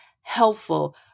helpful